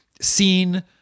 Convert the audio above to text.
seen